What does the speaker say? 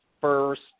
first